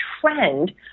trend